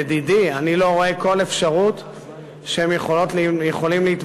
לדידי אני לא רואה כל אפשרות שהן יכולות להתממש,